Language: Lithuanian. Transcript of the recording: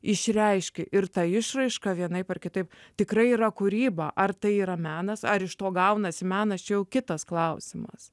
išreiški ir ta išraiška vienaip ar kitaip tikrai yra kūryba ar tai yra menas ar iš to gaunasi menas čia jau kitas klausimas